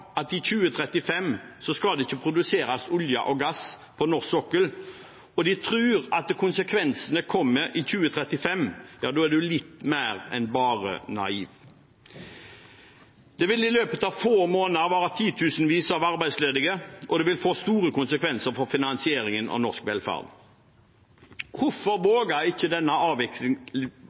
at i 2035 skal det ikke produseres olje og gass på norsk sokkel, gjør at konsekvensene kommer i 2035? Da er en litt mer enn bare naiv. I løpet av få måneder ville titusenvis være arbeidsledige, og det ville få store konsekvenser for finansieringen av norsk velferd. Hvorfor våger ikke denne